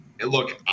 Look